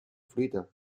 fruita